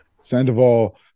Sandoval